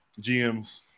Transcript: GMs